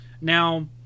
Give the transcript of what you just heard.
Now